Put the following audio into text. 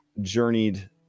journeyed